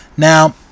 Now